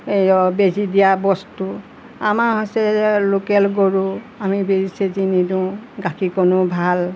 এই বেজী দিয়া বস্তু আমাৰ হৈছে লোকেল গৰু আমি বেজী চেজী নিদিওঁ গাখীৰকণো ভাল